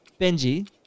Benji